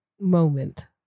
moment